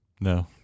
No